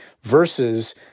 versus